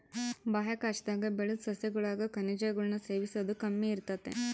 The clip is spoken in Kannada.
ಬಾಹ್ಯಾಕಾಶದಾಗ ಬೆಳುದ್ ಸಸ್ಯಗುಳಾಗ ಖನಿಜಗುಳ್ನ ಸೇವಿಸೋದು ಕಮ್ಮಿ ಇರ್ತತೆ